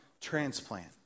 transplant